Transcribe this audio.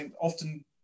often